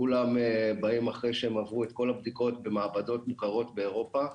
כולם באים אחרי שהם עברו את כל הבדיקות במעבדות מוכרות באירופה,